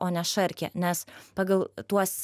o ne šarkė nes pagal tuos